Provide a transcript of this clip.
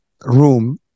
room